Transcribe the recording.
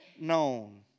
known